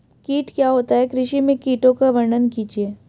कीट क्या होता है कृषि में कीटों का वर्णन कीजिए?